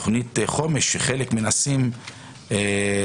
תכנית חומש שחלק מנסים להחזירה,